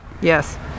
Yes